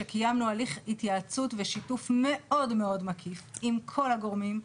שקיימנו הליך התייעצות ושיתוף מאוד מאוד מקיף עם כל הגורמים,